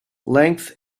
length